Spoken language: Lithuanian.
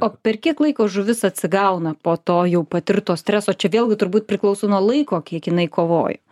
o per kiek laiko žuvis atsigauna po to jau patirto streso čia vėlgi turbūt priklauso nuo laiko kiek jinai kovojo